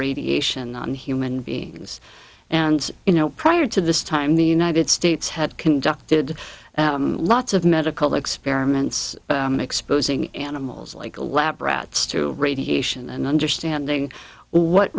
radiation on human beings and you know prior to this time the united states had conducted lots of medical experiments in exposing animals like the lab rats to radiation and understanding what